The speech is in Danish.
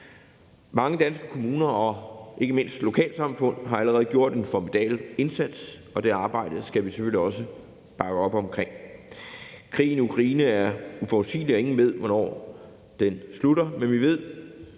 Mange danske kommuner og ikke mindst lokalsamfund har allerede gjort en formidabel indsats, og det arbejde skal vi selvfølgelig også bakke op om. Krigen i Ukraine er uforudsigelig, og ingen ved, hvornår den slutter. Men vi ved,